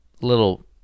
little